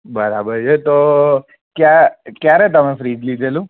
બરાબર છે તો ક્યા ક્યારે તમે ફ્રિજ લીધેલું